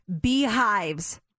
beehives